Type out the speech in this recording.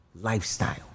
lifestyle